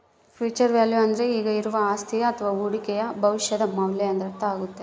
future value ಅಂದ್ರೆ ಈಗ ಇರುವ ಅಸ್ತಿಯ ಅಥವ ಹೂಡಿಕೆಯು ಭವಿಷ್ಯದ ಮೌಲ್ಯ ಎಂದರ್ಥ ಆಗ್ಯಾದ